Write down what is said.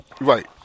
Right